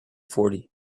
forty